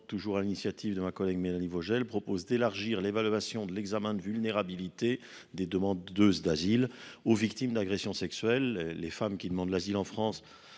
sur l’initiative de ma collègue Mélanie Vogel, propose d’élargir l’évaluation de la vulnérabilité des demandeuses d’asile aux victimes d’agressions sexuelles. Les femmes qui demandent l’asile en France